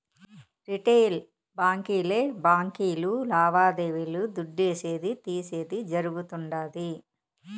retail బాంకీలే బాంకీలు లావాదేవీలు దుడ్డిసేది, తీసేది జరగుతుండాది